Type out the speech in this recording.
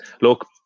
look